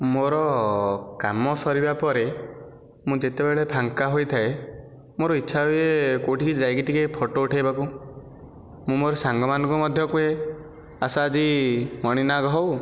ମୋର କାମ ସରିବା ପରେ ମୁଁ ଯେତେବେଳେ ଫାଙ୍କା ହୋଇଥାଏ ମୋର ଇଚ୍ଛା ହୁଏ କେଉଁଠିକି ଯାଇକି ଟିକେ ଫଟୋ ଉଠାଇବାକୁ ମୁଁ ମୋର ସାଙ୍ଗମାନଙ୍କୁ ମଧ୍ୟ କୁହେ ଆସ ଆଜି ମଣିନାଗ ହେଉ